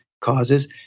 causes